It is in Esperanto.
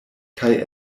kaj